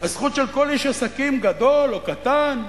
הזכות של כל איש עסקים, גדול או קטן,